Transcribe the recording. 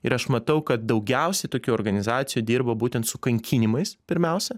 ir aš matau kad daugiausiai tokių organizacijų dirba būtent su kankinimais pirmiausia